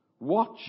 Watch